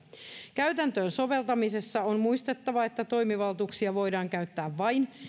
käytäntöön soveltamisessa on muistettava että toimivaltuuksia voidaan käyttää vain